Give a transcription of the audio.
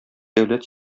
дәүләт